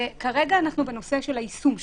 כרגע אנחנו בנושא של היישום שלו.